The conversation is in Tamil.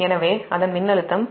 எனவே அதன் மின்னழுத்தம் 10 KV